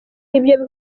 ibyo